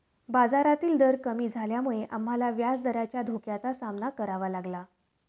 बाजारातील दर कमी झाल्यामुळे आम्हाला व्याजदराच्या धोक्याचा सामना करावा लागला